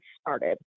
started